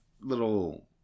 little